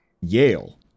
Yale